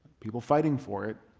people fighting for it